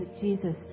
Jesus